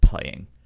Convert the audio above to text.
playing